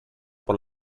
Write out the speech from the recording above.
por